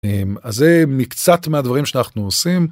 זה מקצת מהדברים שאנחנו עושים.